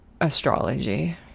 astrology